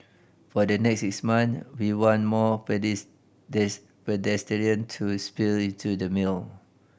for the next six months we want more pedestrian to spill into the meal